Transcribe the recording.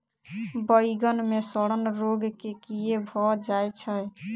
बइगन मे सड़न रोग केँ कीए भऽ जाय छै?